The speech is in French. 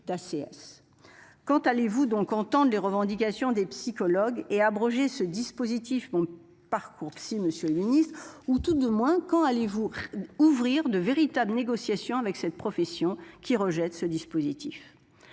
Quand allez-vous donc entende les revendications des psychologues et abroger ce dispositif mon parcours si Monsieur le Ministre, ou tout de moins quand allez-vous ouvrir de véritables négociations avec cette profession qui rejettent ce dispositif.